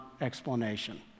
explanation